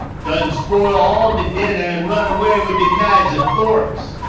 done spoil all de dinner, and run away wid de knives and forks,